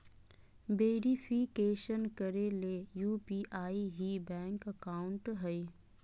verification करे ले UPI ही बैंक अकाउंट हइ